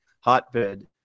hotbed